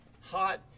hot